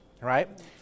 Right